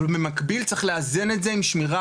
אבל במקביל צריך לאזן את זה עם שמירה